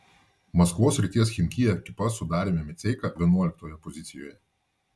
maskvos srities chimki ekipa su dariumi miceika vienuoliktoje pozicijoje